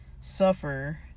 suffer